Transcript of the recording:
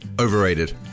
overrated